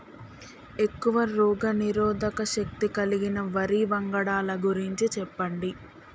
ఎక్కువ రోగనిరోధక శక్తి కలిగిన వరి వంగడాల గురించి చెప్పండి?